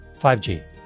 5G